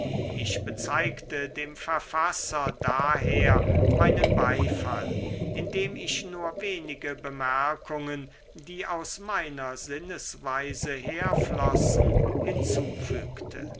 ich bezeigte dem verfasser daher meinen beifall indem ich nur wenige bemerkungen die aus meiner sinnesweise herflossen hinzufügte